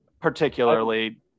particularly